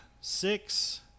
six